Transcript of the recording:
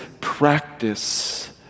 practice